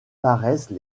paraissent